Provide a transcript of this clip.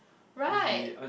right